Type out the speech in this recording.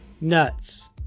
nuts